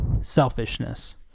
selfishness